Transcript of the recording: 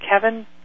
Kevin